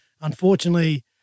Unfortunately